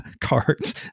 cards